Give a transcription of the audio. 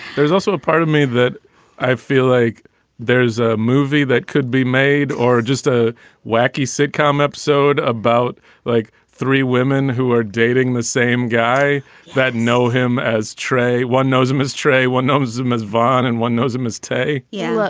there's also a part of me that i feel like there is a movie that could be made or just a wacky sitcom episode about like three women who are dating the same guy that know him as trey one knows him as trey. one knows him as vahn and one knows him as taye yeah.